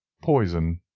poison,